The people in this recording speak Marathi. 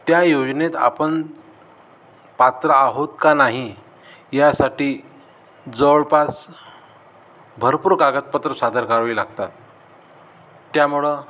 त्या योजनेत आपण पात्र आहोत का नाही यासाठी जवळपास भरपूर कागदपत्रं सादर करावी लागतात त्यामुळं